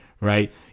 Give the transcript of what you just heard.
right